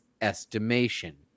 estimation